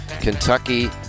Kentucky